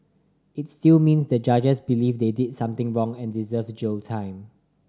it's still means the judges believe they did something wrong and deserve a jail time